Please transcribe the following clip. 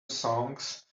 songs